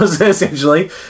essentially